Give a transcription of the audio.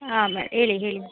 ಹಾಂ ಮೆ ಹೇಳಿ ಹೇಳಿ